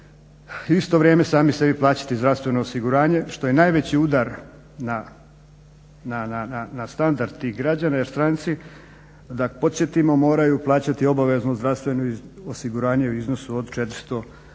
isto vrijeme sami sebi plaćati zdravstveno osiguranje što je najveći udar na standard tih građana jer stranci da podsjetimo moraju plaćati obavezno zdravstveno osiguranje u iznosu od 400 kuna